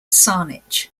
saanich